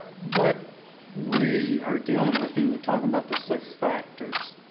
what we are dealing with and we're talking about the six factors.